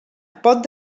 pot